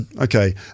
Okay